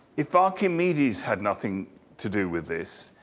if archimedes had nothing to do with this,